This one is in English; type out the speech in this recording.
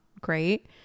great